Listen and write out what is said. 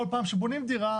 כל פעם שבונים דירה,